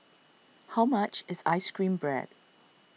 how much is Ice Cream Bread